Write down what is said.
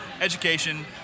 education